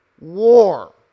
war